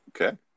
Okay